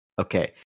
Okay